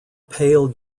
pale